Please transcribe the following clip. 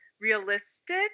realistic